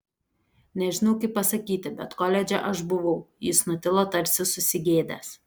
nežinau kaip pasakyti bet koledže aš buvau jis nutilo tarsi susigėdęs